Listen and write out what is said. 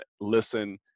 listen